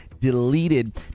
deleted